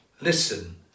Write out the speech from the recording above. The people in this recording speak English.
listen